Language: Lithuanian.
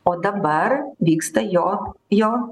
o dabar vyksta jo jo